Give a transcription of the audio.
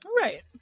right